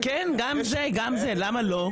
כן, גם זה, למה לא?